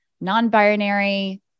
non-binary